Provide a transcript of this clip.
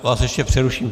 Já vás ještě přeruším.